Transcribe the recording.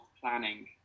planning